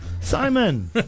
Simon